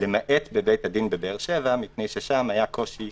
למעט בבית הדין בבאר שבע, מפני ששם היה קושי